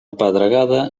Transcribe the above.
pedregada